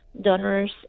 Donors